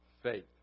faith